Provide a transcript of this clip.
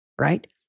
right